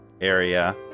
area